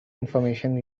information